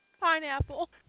Pineapple